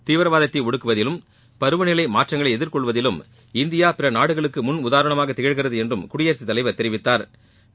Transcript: தீவிரவாதத்தை ஒடுக்குவதிலும் பருவநிலை மாற்றங்களை எதிர்கொள்வதிலும் இந்தியா பிற நாடுகளுக்கு முன் உதாரணமாக திகழ்கிறது என்றும் குடியரசுத்தலைவர் தெரிவித்தாா்